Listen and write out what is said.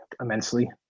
immensely